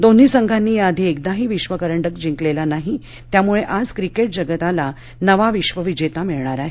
दोन्ही संघांनी याआधी एकदाही विश्व करंडक जिंकलेला नाही त्यामुळे आज क्रिकेट जगताला नवा विश्व विजेता मिळणार आहे